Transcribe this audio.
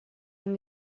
and